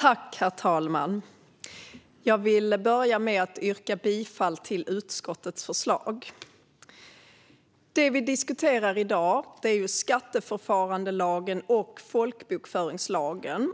Herr talman! Jag vill börja med att yrka bifall till utskottets förslag. Det vi i dag diskuterar är skatteförfarandelagen och folkbokföringslagen.